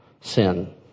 sin